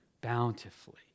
bountifully